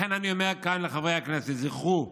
לכן אני אומר כאן לחברי הכנסת: זכרו,